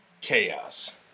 Chaos